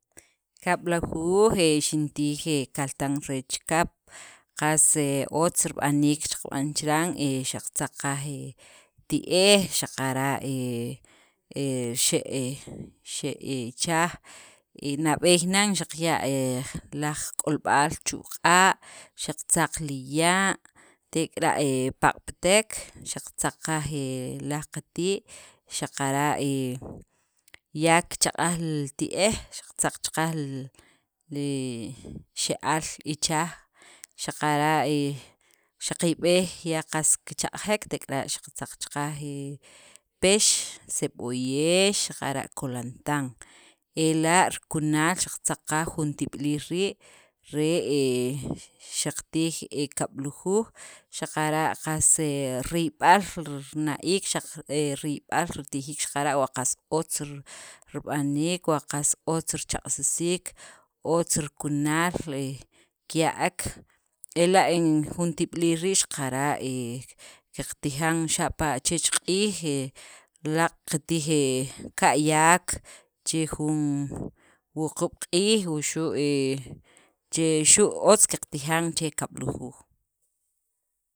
Kab'lujuuj he xintij he kaltan re chikap, qas otz rib'aniik xaqb'an chiran he xaqatzaq qaj ti'ej xaqara' e xe' he xe' he ichaaj, nab'eey nan xaqya' e laj qak'olb'al chu q'a', xaqatzaq li ya', tek'ara' he paq'patek, xaqatzaq qaj he laj qati' xaqara' he ya kichaq'aj li ti'ej xaqatzaq cha qaj li xe'al ichaj xaqara' e xaqiyb'ej ya qas kichaq'jek xaqatzaq cha qajvhe pex, seb'oyex xaqara' kulantan, ela' rikunal xaqatzaq qaj jun tib'iliil rii', re he xaqtij he kab'lujuj xaqara' qas he riyb'al rr rina'iik, xaq riyb'al ritijiik xaqara' wa qas otz rib'aniik, wa qas otz richaq'sisiik, otz rikunal kiya'ek ela' jun tib'iliil xaqara' qatijan, xapa' chech q'iij, he laaq' qatij ka'yaq che jun wuquub' q'iij, wuxu' che xu' otz qatijan che kab'lujuuj.